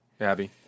Abby